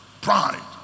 Pride